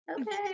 Okay